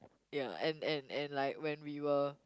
ya and and and like when we were